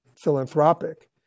philanthropic